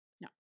No